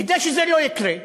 כדי שזה לא יקרה,